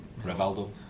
Rivaldo